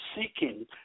seeking